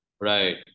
Right